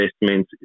investment